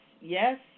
yes